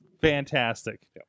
Fantastic